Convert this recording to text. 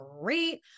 great